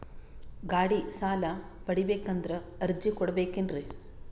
ಗಾಡಿ ಸಾಲ ಪಡಿಬೇಕಂದರ ಅರ್ಜಿ ಕೊಡಬೇಕೆನ್ರಿ?